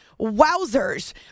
Wowzers